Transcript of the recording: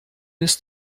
ist